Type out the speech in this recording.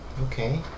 Okay